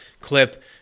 clip